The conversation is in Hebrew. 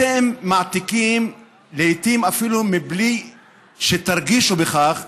אתם מעתיקים לעיתים, אפילו מבלי שתרגישו בכך,